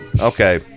Okay